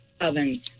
ovens